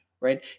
right